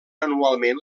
anualment